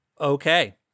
okay